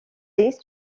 this